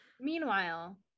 Meanwhile